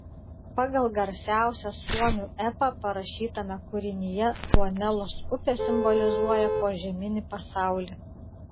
pagal garsiausią suomių epą parašytame kūrinyje tuonelos upė simbolizuoja požeminį pasaulį